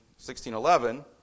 1611